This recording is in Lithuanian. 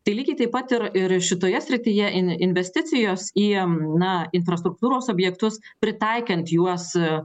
tai lygiai taip pat ir ir šitoje srityje in investicijos į na infrastruktūros objektus pritaikant juos